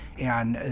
and